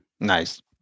Nice